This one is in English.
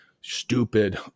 stupid